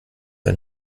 ein